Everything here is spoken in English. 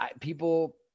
people